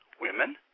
women